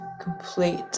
complete